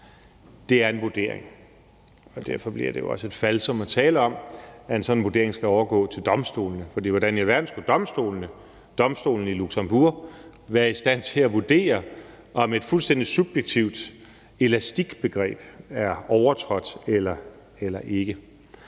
Det er en vurdering, og derfor bliver det jo også et falsum at tale om, at en sådan vurdering skal overgå til domstolene, for hvordan i alverden skulle domstolene, domstolen i Luxembourg, være i stand til at vurdere, om et fuldstændig subjektivt elastikbegreb er overtrådt eller ikke